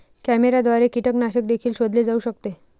कॅमेऱ्याद्वारे कीटकनाशक देखील शोधले जाऊ शकते